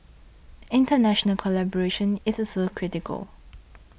international collaboration is also critical